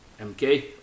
MK